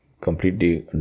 completely